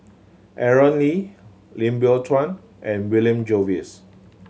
Aaron Lee Lim Biow Chuan and William Jervois